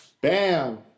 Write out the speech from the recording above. Bam